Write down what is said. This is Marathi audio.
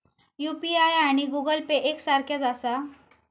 यू.पी.आय आणि गूगल पे एक सारख्याच आसा?